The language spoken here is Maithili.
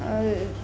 आओर